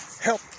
Help